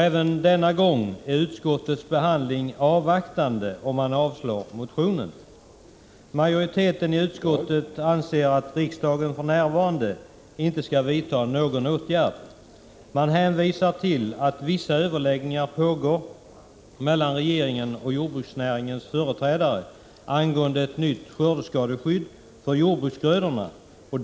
Även denna gång är utskottet avvaktande, och man avstyrker motionen. Majoriteten i utskottet anser att riksdagen för närvarande inte skall vidta någon åtgärd. Man hänvisar till att vissa överläggningar pågår mellan regeringen och jordbruksnäringens företrädare om ett nytt skördeskadeskydd för jordbruksgrödorna.